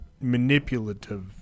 manipulative